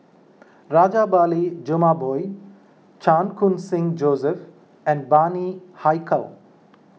Rajabali Jumabhoy Chan Khun Sing Joseph and Bani Haykal